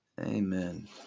amen